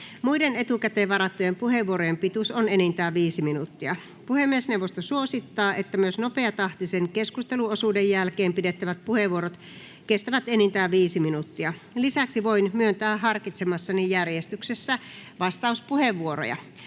Muiden etukäteen varattujen puheenvuorojen pituus on enintään 5 minuuttia. Puhemiesneuvosto suosittaa, että myös nopeatahtisen keskusteluosuuden jälkeen pidettävät puheenvuorot kestävät enintään 5 minuuttia. Lisäksi voin myöntää harkitsemassani järjestyksessä vastauspuheenvuoroja.